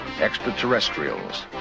extraterrestrials